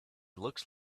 looks